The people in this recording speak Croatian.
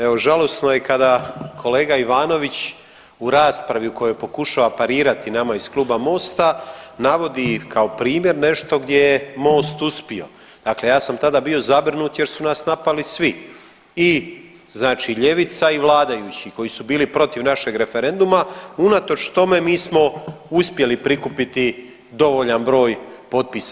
Evo žalosno je kada kolega Ivanović u raspravi u kojoj pokušava parirati nama iz Kluba Mosta navodi kao primjer nešto gdje je Most uspio, dakle ja sam tada bio zabrinut jer su nas napali svi i znači ljevica i vladajući koji su bili protiv našeg referenduma, unatoč tome mi smo uspjeli prikupiti dovoljan broj potpisa.